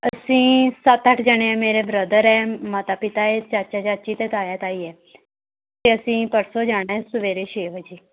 ਅਸੀਂ ਸੱਤ ਅੱਠ ਜਣੇ ਹੈ ਮੇਰੇ ਬ੍ਰਦਰ ਹੈ ਮਾਤਾ ਪਿਤਾ ਹੈ ਚਾਚਾ ਚਾਚੀ ਅਤੇ ਤਾਇਆ ਤਾਈ ਹੈ ਅਤੇ ਅਸੀਂ ਪਰਸੋਂ ਜਾਣਾ ਹੈ ਸਵੇਰੇ ਛੇ ਵਜੇ